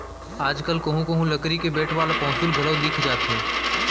आज कल कोहूँ कोहूँ लकरी के बेंट वाला पौंसुल घलौ दिख जाथे